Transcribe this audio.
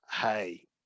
Hey